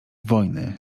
wojny